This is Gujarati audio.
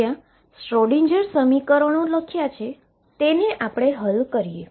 જ્યાં શ્રોડિંજર સમીકરણો લખ્યાં છે તો ચાલો હવે તેને હલ કરીએ